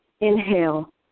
Inhale